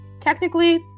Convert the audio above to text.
Technically